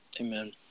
Amen